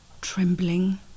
trembling